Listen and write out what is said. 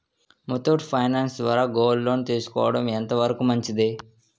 Muthoot finance ద్వారా gold loan తీసుకోవడం ఎంత వరకు మంచిది?